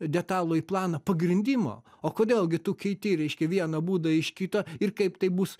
detalųjį planą pagrindimo o kodėl gi tu keiti reiškia vieną būdą iš kito ir kaip tai bus